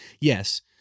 Yes